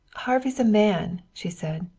harvey's a man, she said.